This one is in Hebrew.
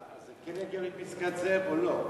זה כן יגיע לפסגת-זאב או לא?